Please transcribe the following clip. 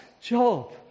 job